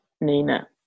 Nina